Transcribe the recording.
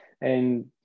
and-